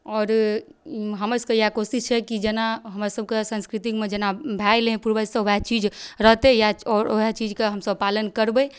आओर हमर सबके यएह कोशिश छै की जेना हमर सबके संस्कृतिमे जेना भए गेले की पूर्वज सब वएह चीज रहतै या आओर वएह चीजके हमसब पालन करबै